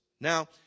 Now